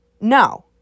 no